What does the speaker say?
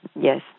yes